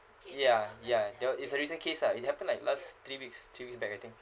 ya ya that wa~ it's a recent case ah it happened like last three weeks three weeks back I think